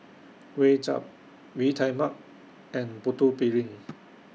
Kuay Chap ree Tai Mak and Putu Piring